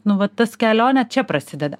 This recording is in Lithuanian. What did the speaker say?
nu vat tas kelionė čia prasideda